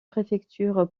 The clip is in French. préfecture